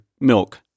milk